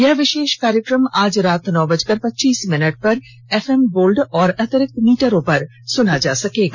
यह विशेष कार्यक्रम आज रात नौ बजकर पच्चीस मिनट पर एफएम गोल्ड और अतिरिक्त मीटरों पर सुना जा सकता है